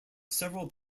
several